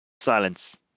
Silence